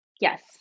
Yes